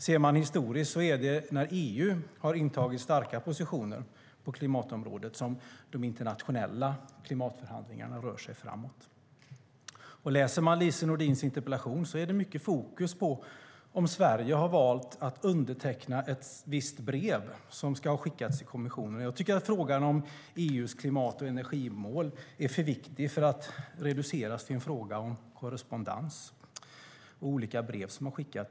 Ser man det historiskt är det när EU har intagit starka positioner på klimatområdet som de internationella klimatförhandlingarna rört sig framåt. Läser man Lise Nordins interpellation ser man att det är mycket fokus på om Sverige har valt att underteckna ett visst brev som ska ha skickats till kommissionen. Jag tycker att frågan om EU:s klimat och energimål är för viktig för att reduceras till en fråga om korrespondens och olika brev som har skickats.